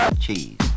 cheese